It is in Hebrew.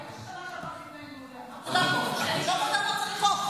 --- לא צריך את החוק הזה, לא בכל דבר צריך חוק.